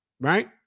Right